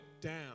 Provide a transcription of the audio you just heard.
down